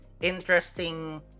interesting